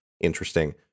interesting